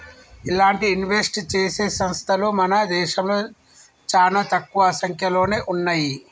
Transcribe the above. ఇలాంటి ఇన్వెస్ట్ చేసే సంస్తలు మన దేశంలో చానా తక్కువ సంక్యలోనే ఉన్నయ్యి